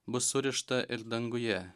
bus surišta ir danguje